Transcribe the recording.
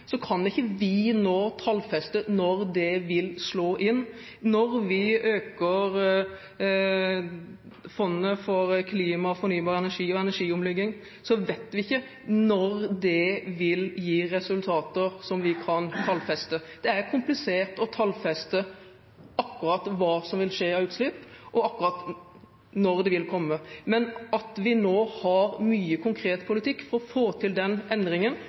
vi ikke nå tallfeste når det vil slå inn. Når vi øker fondet for klima, fornybar energi og energiomlegging, vet vi ikke når det vil gi resultater som vi kan tallfeste. Det er komplisert å tallfeste akkurat hva som vil skje av utslipp, og akkurat når det vil komme. Men vi har nå mye konkret politikk for å få til den endringen,